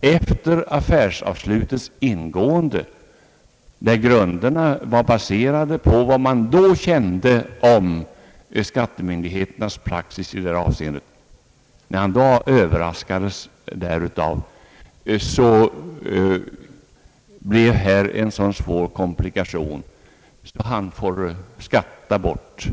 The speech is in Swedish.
När han hade gjort avverkningar på den fastighet han förvärvat från domänverket, överraskades han av att skattemyndigheternas praxis inte stämde med vad han hade haft kännedom om vid affärsuppgörelsen. Följden blev att han fick skatta bort